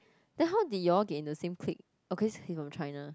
then how did you all get in the same clique oh cause he from China